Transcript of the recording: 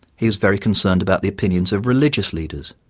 he was very concerned about the opinions of religious leaders.